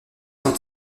sont